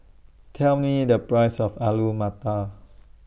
Tell Me The Price of Alu Matar